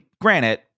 granted